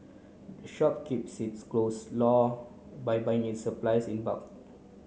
the shop keeps its clothe low by buying its supplies in bulk